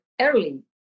early